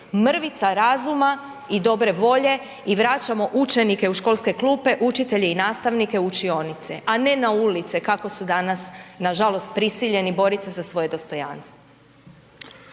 mrvica razuma i dobre volje i vraćamo učenike u školske klupe, učitelje i nastavnike u učionice a ne na ulice kako su danas nažalost prisiljeni borit se za svoje dostojanstvo.